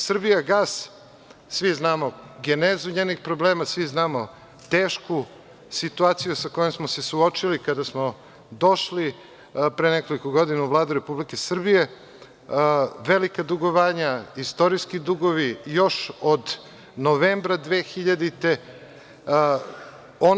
Srbijagas, svi znamo genezu njenih problema, svi znamo tešku situaciju sa kojom smo se suočili kada smo došli pre nekoliko godina u Vladu Republike Srbije, velika dugovanja, istorijski dugovi, još od novembra 2000. godine.